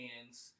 hands